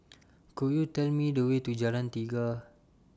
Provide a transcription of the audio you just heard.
Could YOU Tell Me The Way to Jalan Tiga